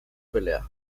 pelea